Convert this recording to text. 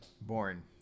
born